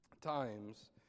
times